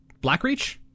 Blackreach